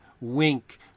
wink